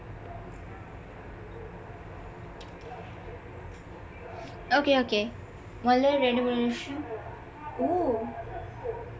okay okay முதல இரண்டு மூன்று விஷயம்:irandu muundru vishayam oo